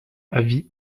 avis